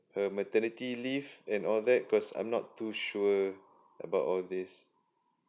her maternity leave and all that cause I'm not too sure about all this